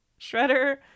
Shredder